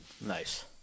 Nice